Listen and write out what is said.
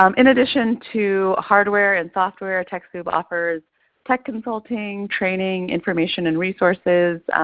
um in addition to hardware and software, techsoup offers tech consulting, training, information and resources,